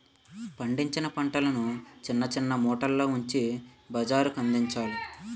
పండించిన పంటలను సిన్న సిన్న మూటల్లో ఉంచి బజారుకందించాలి